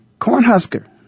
Cornhusker